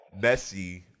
Messi